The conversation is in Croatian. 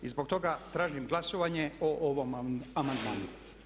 I zbog toga tražim glasovanje o ovom amandmanu.